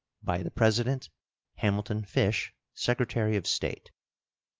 by the president hamilton fish, secretary of state.